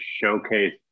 showcase